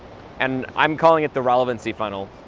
and i'm calling it the relevancy funnel.